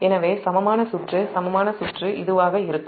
எனவே சமமான சுற்று இதுவாக இருக்கும்